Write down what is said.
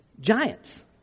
Giants